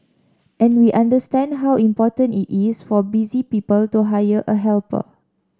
and we understand how important it is for busy people to hire a helper